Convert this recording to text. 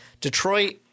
Detroit